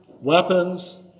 weapons